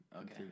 okay